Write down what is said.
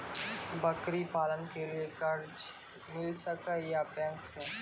बकरी पालन के लिए कर्ज मिल सके या बैंक से?